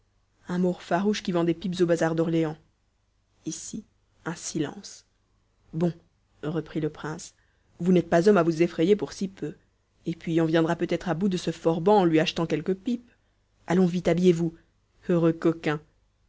un maure farouche qui vend des pipes au bazar d'orléans ici un silence bon reprit le prince vous n'êtes pas homme à vous effrayer pour si peu et puis on viendra peut-être à bout de ce forban en lui achetant quelques pipes allons vite habillez-vous heureux coquin